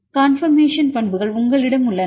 conformation பண்புகள் உங்களிடம் உள்ளன